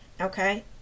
okay